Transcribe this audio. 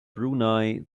brunei